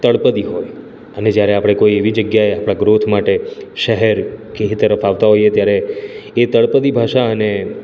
તળપદી હોય અને જ્યારે આપણે કોઈ એવી જગ્યાએ આપણા ગ્રોથ માટે શહેર કે એ તરફ આવતા હોઈએ ત્યારે એ તળપદી ભાષા અને